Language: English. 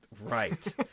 right